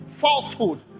falsehood